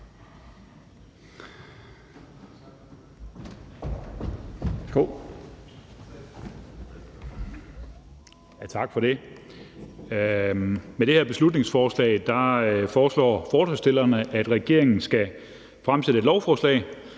Tak for det. Med det her beslutningsforslag foreslår forslagsstillerne, at regeringen skal fremsætte et lovforslag,